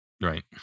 Right